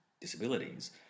disabilities